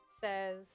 says